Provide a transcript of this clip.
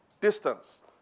distance